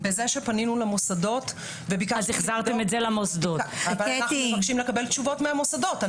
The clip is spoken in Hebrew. בזה שפנינו למוסדות ואנחנו מבקשים לקבל תשובות מן המוסדות.